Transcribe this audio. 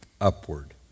upward